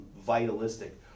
vitalistic